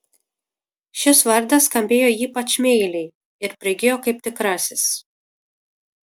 šis vardas skambėjo ypač meiliai ir prigijo kaip tikrasis